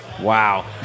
Wow